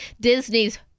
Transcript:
Disney's